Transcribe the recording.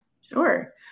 Sure